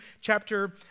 chapter